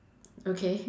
okay